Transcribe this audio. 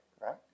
right